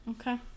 Okay